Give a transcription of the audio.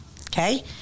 Okay